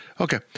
Okay